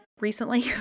recently